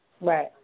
right